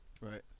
right